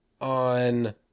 on